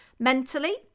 Mentally